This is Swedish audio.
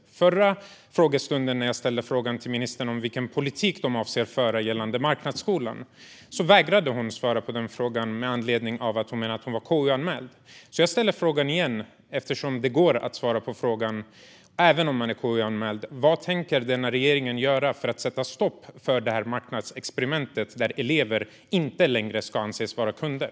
Under den förra frågestunden ställde jag frågan till ministern vilken politik de avser att föra gällande marknadsskolan. Då vägrade hon att svara på frågan. Anledningen, menade hon, var att hon var KU-anmäld. Jag ställer frågan igen, eftersom det går att svara på frågan även om man är KU-anmäld: Vad tänker denna regering göra för att sätta stopp för det här marknadsexperimentet så att elever inte längre anses vara kunder?